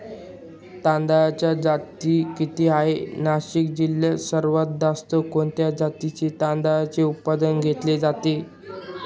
तांदळाच्या जाती किती आहेत, नाशिक जिल्ह्यात सर्वात जास्त कोणत्या जातीच्या तांदळाचे उत्पादन घेतले जाते?